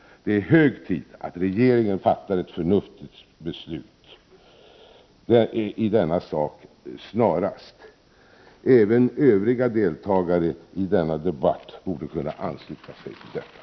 Det är hög tid att regeringen snarast fattar ett förnuftigt beslut i denna fråga. Även övriga deltagare i denna debatt borde kunna ansluta sig till detta.